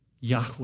Yahweh